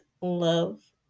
love